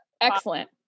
Excellent